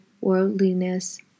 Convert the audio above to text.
worldliness